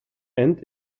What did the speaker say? and